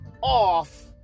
off